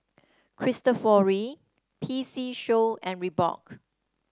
Cristofori P C Show and Reebok